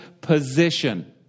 position